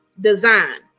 design